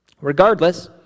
Regardless